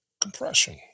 Compression